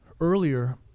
earlier